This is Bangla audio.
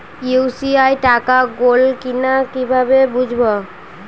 ইউ.পি.আই টাকা গোল কিনা কিভাবে বুঝব?